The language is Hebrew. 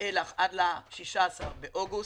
ועד 16 באוגוסט,